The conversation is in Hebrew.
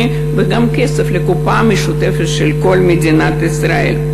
וגם כסף לקופה המשותפת של כל מדינת ישראל.